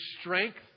strength